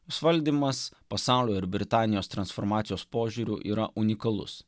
jos valdymas pasaulio ir britanijos transformacijos požiūriu yra unikalus